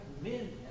men